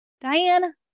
Diane